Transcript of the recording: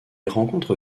rencontre